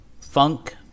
Funk